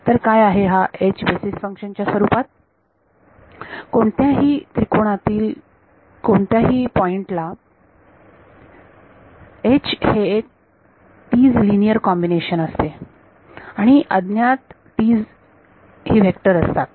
तर काय आहे हा बेसीस फंक्शन च्या स्वरूपात कोणत्याही त्रिकोणातील कोणत्याही पॉइंट ला हे एक 's लिनियर कॉम्बिनेशन असते आणि अज्ञात 's ही वेटस असतात